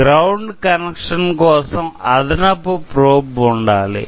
ground connection కోసం అదనపు probe ఉండాలి